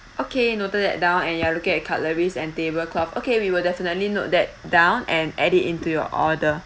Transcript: okay noted that down and you are looking at cutleries and table cloth okay we will definitely note that down and add it into your order